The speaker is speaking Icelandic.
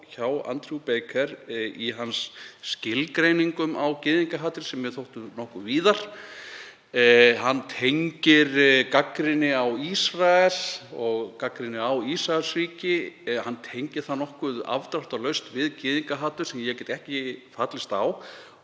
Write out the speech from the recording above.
hjá Andrew Baker í skilgreiningum hans á gyðingahatri sem mér þóttu nokkuð víðar. Hann tengir gagnrýni á Ísrael og gagnrýni á Ísraelsríki nokkuð afdráttarlaust við gyðingahatur, sem ég get ekki fallist á.